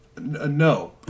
No